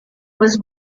was